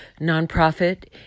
nonprofit